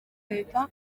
leta